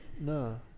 No